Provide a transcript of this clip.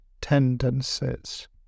tendencies